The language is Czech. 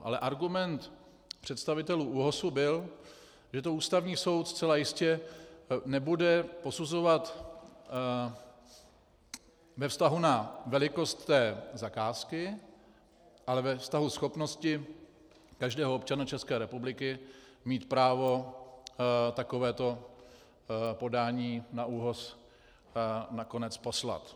Ale argument představitelů ÚOHS byl, že to Ústavní soud zcela jistě nebude posuzovat ve vztahu k velkosti zakázky, ale ve vztahu schopnosti každého občana České republiky mít právo takovéto podání na ÚOHS nakonec poslat.